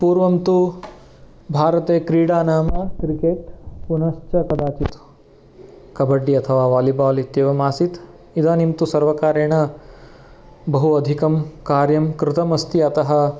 पूर्वं तु भारते क्रीडा नाम क्रिकेट् पुनश्च कदाचित् कबड्डि अथवा वालिबाल् इत्येवम् आसीत् इदानीं तु सर्वकारेण बहु अधिकं कार्यं कृतमस्ति अतः